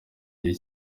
gihe